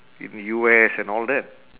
in U_S and all that